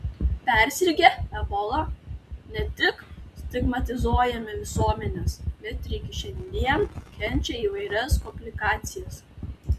persirgę ebola ne tik stigmatizuojami visuomenės bet ir iki šiandien kenčia įvairias komplikacijas